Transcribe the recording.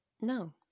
No